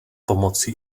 pomoci